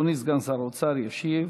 אדוני סגן שר האוצר ישיב.